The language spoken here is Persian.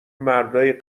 مردای